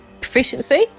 Proficiency